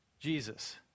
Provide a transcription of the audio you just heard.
Jesus